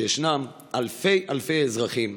כשיש אלפי אזרחים,